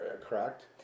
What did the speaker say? correct